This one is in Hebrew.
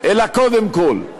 אלא קודם כול,